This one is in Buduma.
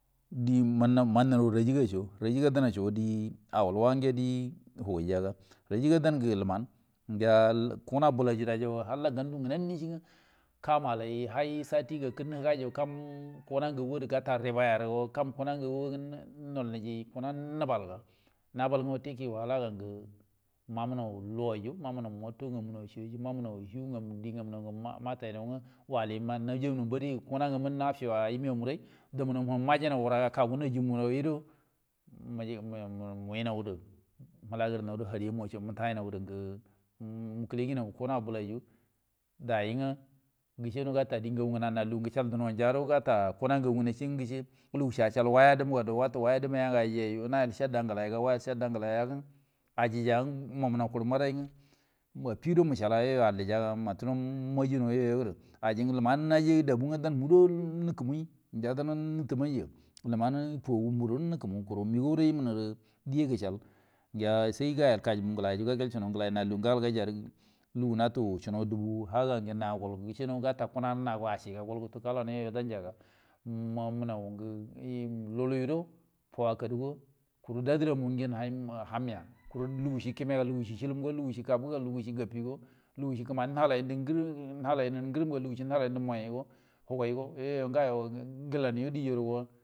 Te mannau mannau razaga so raza k danaso tewabu nge te hugiya ga razak dan nge luman geya kungena bulairadai yo kam malai haisate gakunu higai kam kuna gaguri nol niji ku ngena uattakiohalaga mamunau luira moto nge munau shi ngemunau nge motai nou nge walima najimu ona bari gura kuna ngemmo nafiu aumamunau rai damu nau mu majimau uarai ga kagu naju unbna mumu nuuni gari mulagirinau hari munau so mutai nge mukunau kuna bulaira dai nge ngesha gata te gagu ngna na lugu nge gu chdi du nan jiaro gata kuna ngnai shi luge shi achal waya dumuga dau watu waya du muya nge ajiyana nayal shatda galai ga wal shajda nglaya nge ajyai mamunau kuru maai nge afiru muchalou yomajiu nau yoy guru aji nge lumanna najidabu nge dan mudo nuku mi giya danna nutumai ya kuru migallan imumondi gichan biya sai goyal kajumu ngelai ri suno ngelai na lugu gagau gai yari lugu natu suno dubu haga ngen nagin gishano gai gutu kalan odanjiga mamunau luluyoro fauwa kaduga kuru da duramunau ham hanya lugu shi kime ga lugu shu shelum lugu shi kabuguga lugu shi gafi go lugushi kumani nalainuri ngrr gurum lugu shi nalai nauru hagai go moyoi go fulau yo diyo.